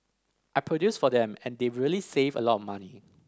I produce for them and they really save a lot of money